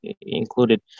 included